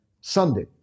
Sunday